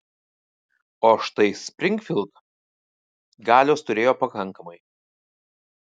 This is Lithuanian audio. o štai springfild galios turėjo pakankamai